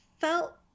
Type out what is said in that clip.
felt